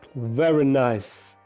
very nice.